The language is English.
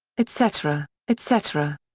etc, etc.